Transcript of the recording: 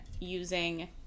using